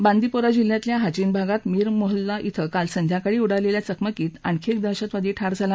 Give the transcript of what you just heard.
बांदिपोरा जिल्ह्यातल्या हाजीन भागात मीर मोहल्ल क्वे काल संध्याकाळी उडालेल्या चकमकीत आणखी एक दहशतवादी ठार झाला